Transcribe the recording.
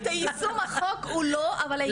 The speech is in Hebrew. החוק לא, אבל היישום.